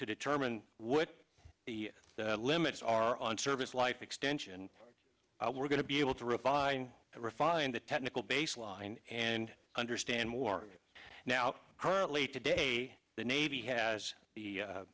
to determine what the limits are on service life extension we're going to be able to revise refine the technical baseline and understand more now currently today the navy has